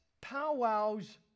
powwows